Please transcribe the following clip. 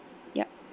yup